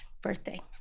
birthday